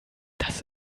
das